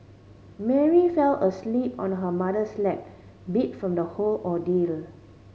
Mary fell asleep on her mother's lap beat from the whole ordeal